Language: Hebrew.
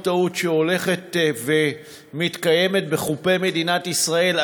טעות שהולכת ומתקיימת בחופי מדינת ישראל,